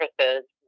services